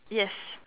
yes